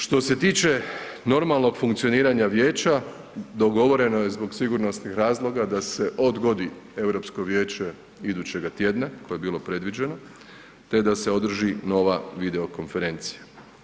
Što se tiče normalnog funkcioniranja vijeća, dogovoreno je zbog sigurnosnih razloga da se odgodi Europsko vijeće idućega tjedna koje je bilo predviđeno, te da se održi nova video konferencija.